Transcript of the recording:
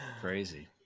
Crazy